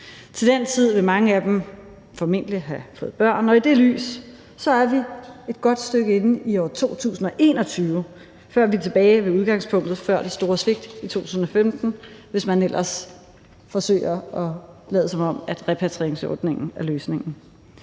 Til den tid vil mange af dem formentlig have fået børn, og set i det lys er vi et godt stykke inde i år 2100, før vi er tilbage ved udgangspunktet før det store svigt i 2015, hvis man ellers forsøger at lade, som om repatrieringsordningen er løsningen.